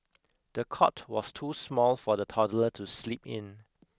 the cot was too small for the toddler to sleep in